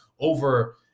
over